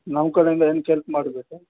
ನಮ್ಮ ಕಡೆಯಿಂದ ಏನ್ ಎಲ್ಪ್ ಮಾಡಬೇಕು